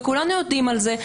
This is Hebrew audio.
וכולנו יודעים על זה.